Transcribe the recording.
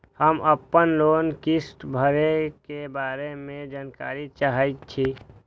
हम आपन लोन किस्त भरै के बारे में जानकारी चाहै छी?